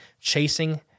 chasing